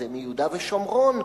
זה מיהודה ושומרון.